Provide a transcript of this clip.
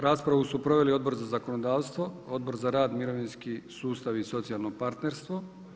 Raspravu su proveli Odbor za zakonodavstvo, Odbor za rad, mirovinski sustav i socijalno partnerstvo.